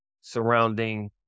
surrounding